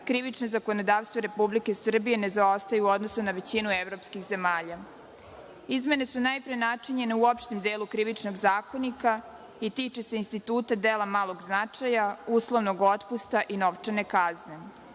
krivično zakonodavstvo Republike Srbije ne zaostaje u odnosu na većinu evropskih zemalja. Izmene su najpre načinjene u opštem delu Krivičnog zakonika i tiču se instituta dela malog značaja, uslovnog otpusta i novčane kazne.